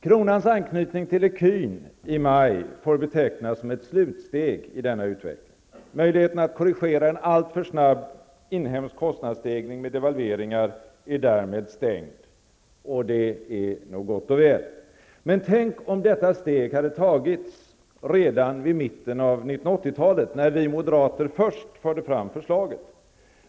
Kronans anknytning till ecun i maj får betecknas som ett slutsteg i denna utveckling. Möjligheten att korrigera en alltför snabb inhemsk kostnadsstegring med devalveringar är därmed stängd, och det är nog gott och väl. Men tänk om detta steg tagits vid mitten av 1980-talet, när vi moderater först förde fram förslaget!